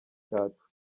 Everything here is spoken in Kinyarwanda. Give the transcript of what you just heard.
cyacu